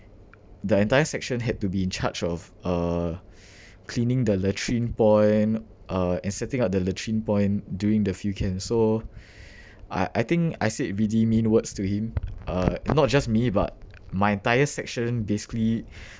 the entire section had to be in charge of uh cleaning the latrine point uh and setting up the latrine point during the field camp so I I think I said really mean words to him uh not just me but my entire section basically